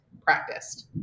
practiced